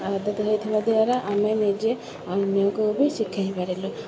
ଆଦତ ହେଇଥିବା ଦ୍ୱାରା ଆମେ ନିଜେ ଅନ୍ୟକୁ ବି ଶିଖେଇ ପାରିଲୁ